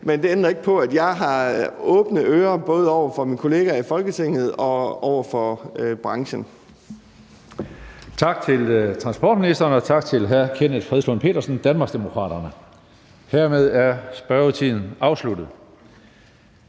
men det ændrer ikke på, at jeg har åbne ører over for både mine kollegaer i Folketinget og over for branchen. Kl. 15:09 Tredje næstformand (Karsten Hønge): Tak til transportministeren, og tak til hr. Kenneth Fredslund Petersen, Danmarksdemokraterne. Hermed er spørgetiden afsluttet.